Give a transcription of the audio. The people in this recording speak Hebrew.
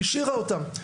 השאירה אותם,